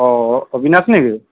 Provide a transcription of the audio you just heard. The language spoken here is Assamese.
অঁ অবিনাশ নেকি